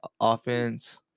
offense